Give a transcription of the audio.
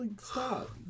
stop